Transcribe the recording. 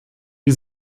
die